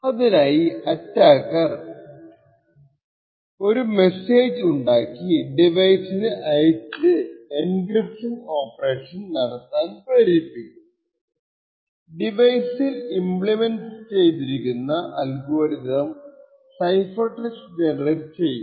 അതിനായി അറ്റാക്കർ ഒരു മെസ്സേജ് ഉണ്ടാക്കി ഡിവൈസിനു അയച്ചു എൻക്രിപ്ഷൻ ഓപ്പറേഷൻ നടത്താൻ പ്രേരിപ്പിക്കും ഡിവൈസിൽ ഇമ്പ്ലിമെന്റഡ് ആയ അൽഗോരിതം സൈഫർ ടെക്സ്റ്റ് ജെനറേറ്റ് ചെയ്യും